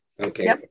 Okay